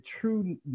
true